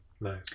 Nice